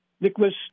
Nicholas